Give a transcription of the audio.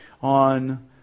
on